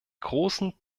großen